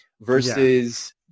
versus